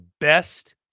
best